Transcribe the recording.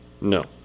No